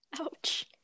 Ouch